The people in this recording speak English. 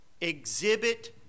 exhibit